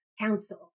council